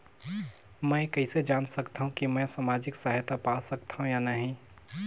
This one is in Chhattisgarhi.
मै कइसे जान सकथव कि मैं समाजिक सहायता पा सकथव या नहीं?